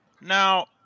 Now